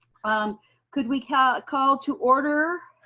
um could we call call to order